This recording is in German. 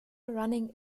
running